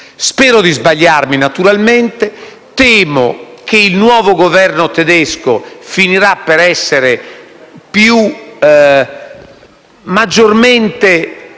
Spero di sbagliare naturalmente. Temo che il nuovo Governo tedesco finirà per essere maggiormente